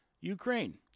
Ukraine